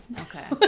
okay